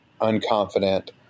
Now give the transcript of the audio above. unconfident